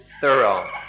thorough